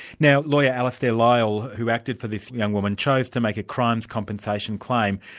now lawyer alistair lyall, who acted for this young woman, chose to make a crimes compensation claim.